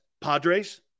Padres